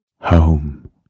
home